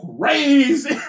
crazy